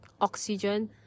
oxygen